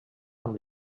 amb